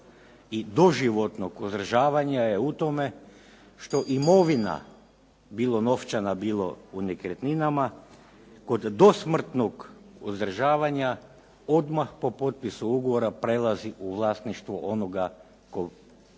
i doživotnog uzdržavanja je u tome što imovina bilo novčana bilo u nekretninama kod dosmrtnog uzdržavanja odmah po potpisu ugovora prelazi u vlasništvo onoga tko